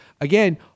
again